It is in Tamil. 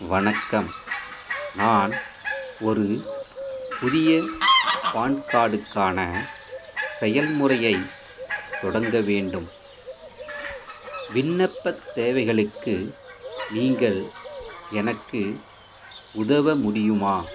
வணக்கம் நான் ஒரு புதிய பான் கார்டுக்கான செயல்முறையைத் தொடங்க வேண்டும் விண்ணப்பத் தேவைகளுக்கு நீங்கள் எனக்கு உதவ முடியுமா